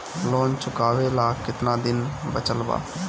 Loan चुकावे ला कितना दिन बचल बा?